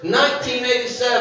1987